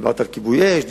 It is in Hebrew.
דיברת על כיבוי אש,